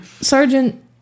Sergeant